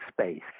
space